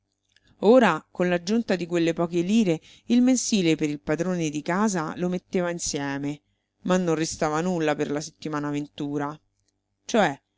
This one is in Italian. ora con la giunta di quelle poche lire il mensile per il padrone di casa lo metteva insieme ma non restava nulla per la settimana ventura cioè